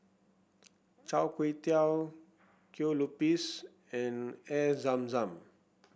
Char Kway Teow Kue Lupis and Air Zam Zam